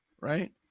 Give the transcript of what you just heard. right